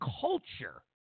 culture